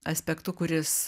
aspektu kuris